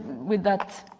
with that